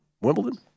Wimbledon